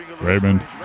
Raymond